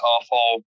awful